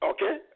Okay